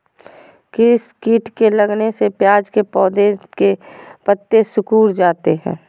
किस किट के लगने से प्याज के पौधे के पत्ते सिकुड़ जाता है?